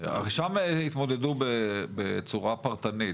שם התמודדו בצורה פרטנית,